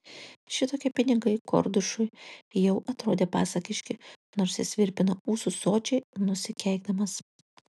šitokie pinigai kordušui jau atrodė pasakiški nors jis virpino ūsus sočiai nusikeikdamas